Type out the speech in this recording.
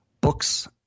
Books